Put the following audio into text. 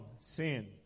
sin